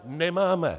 Nemáme!